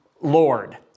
Lord